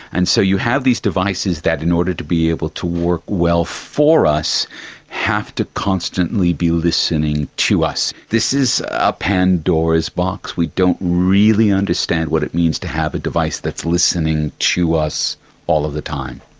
and so you have these devices that in order to be able to work well for us have to constantly be listening to us. this is a pandora's box. we don't really understand what it means to have a device that is listening to us all of the time.